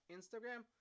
Instagram